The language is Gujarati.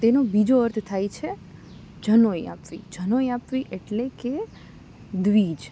તેનો બીજો અર્થ થાય છે જનોઈ આપવી જનોઈ આપવી એટલે કે દ્વિજ